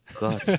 god